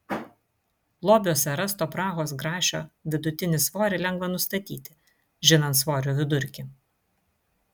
lobiuose rasto prahos grašio vidutinį svorį lengva nustatyti žinant svorių vidurkį